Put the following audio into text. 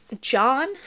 John